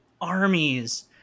armies